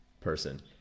person